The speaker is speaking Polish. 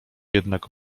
jednak